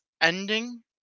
ending